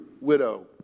widow